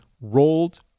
Rolled